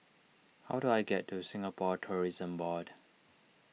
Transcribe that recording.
how do I get to Singapore Tourism Board